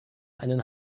einen